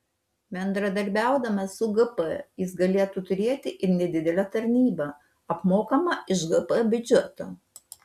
bendradarbiaudamas su gp jis galėtų turėti ir nedidelę tarnybą apmokamą iš gp biudžeto